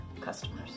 customers